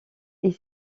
est